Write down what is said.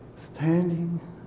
Standing